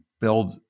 build